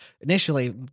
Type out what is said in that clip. initially